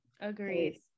agreed